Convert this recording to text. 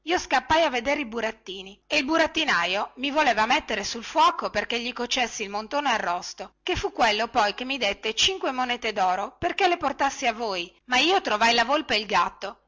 io scappai a vedere i burattini e il burattinaio mi voleva mettere sul fuoco perché gli cocessi il montone arrosto che fu quello poi che mi dette cinque monete doro perché le portassi a voi ma io trovai la volpe e il gatto